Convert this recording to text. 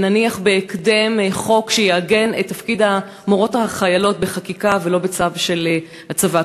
נניח בהקדם חוק שיעגן את תפקיד המורות החיילות בחקיקה ולא בצו של הצבא.